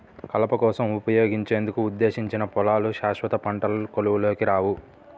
కలప కోసం ఉపయోగించేందుకు ఉద్దేశించిన పొలాలు శాశ్వత పంటల కోవలోకి రావు